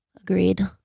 agreed